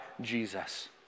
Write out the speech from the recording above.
Jesus